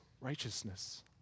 righteousness